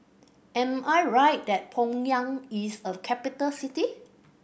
am I right that Pyongyang is a capital city